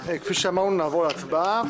כפי שאמרנו, נעבור להצבעה.